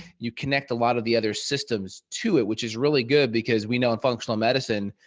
you connect a lot of the other systems to it, which is really good because we know in functional medicine,